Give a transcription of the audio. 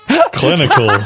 Clinical